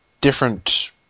different